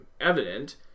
evident